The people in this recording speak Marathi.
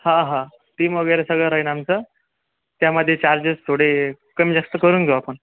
हा हा टीम वगैरे सगळं राहीन आमचं त्यामध्ये चार्जेस थोडे कमी जास्त करून घेऊ आपण